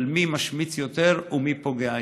של מי משמיץ יותר ומי פוגע יותר.